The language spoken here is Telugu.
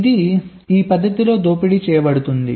ఇది ఈ పద్ధతిలో దోపిడీ చేయబడుతుంది